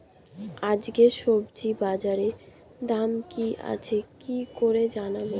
আজকে সবজি বাজারে দাম কি আছে কি করে জানবো?